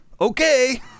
Okay